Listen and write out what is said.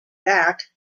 back